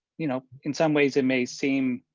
you know, in some ways it may seem